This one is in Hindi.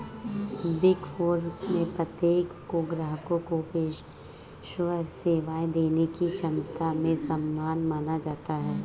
बिग फोर में प्रत्येक को ग्राहकों को पेशेवर सेवाएं देने की क्षमता में समान माना जाता है